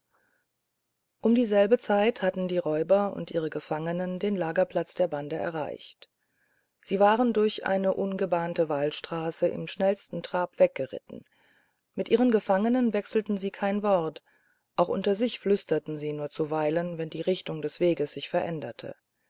um dieselbe zeit hatten die räuber und ihre gefangenen den lagerplatz der bande erreicht sie waren durch eine ungebahnte waldstraße im schnellsten trab weggeritten mit ihren gefangenen wechselten sie kein wort auch unter sich flüsterten sie nur zuweilen wenn die richtung des weges sich veränderte